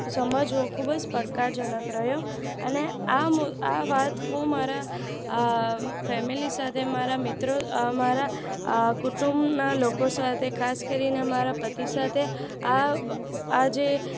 સમજવો ખૂબ જ પડકારજનક રહ્યો અને આ મુ આ વાત હું મારા ફેમિલી સાથે મારા મિત્રો મારા કુટુંબના લોકો સાથે ખાસ કરીને મારા પતિ સાથે આ જે